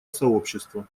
сообщества